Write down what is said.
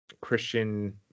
Christian